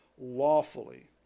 lawfully